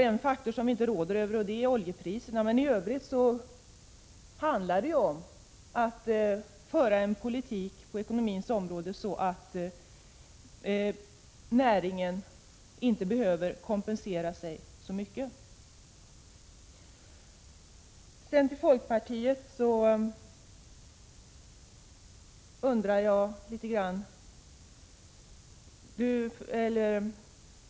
En faktor råder vi inte över, nämligen oljepriserna, men i övrigt handlar det om att föra en politik på ekonomins område som gör att näringen inte behöver kompensera sig så mycket.